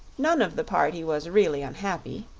none of the party was really unhappy.